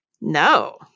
No